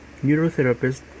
neurotherapist